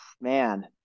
man